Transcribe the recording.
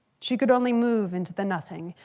she could only move into the nothing,